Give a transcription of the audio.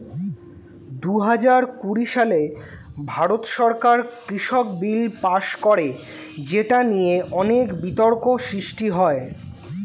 দুহাজার কুড়ি সালে ভারত সরকার কৃষক বিল পাস করে যেটা নিয়ে অনেক বিতর্ক সৃষ্টি হয়